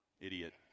idiot